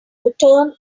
return